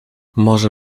może